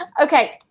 Okay